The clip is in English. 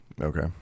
Okay